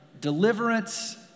deliverance